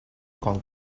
con